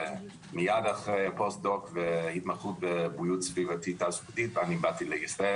ומייד לאחר שעשיתי התמחות בבריאות סביבתית תעסוקתית באתי לישראל.